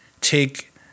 take